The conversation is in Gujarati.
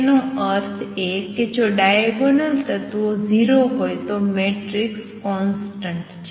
તેનો અર્થ એ કે જો ડાયગોનલ તત્વો 0 હોય તો મેટ્રિક્સ કોંસ્ટંટ છે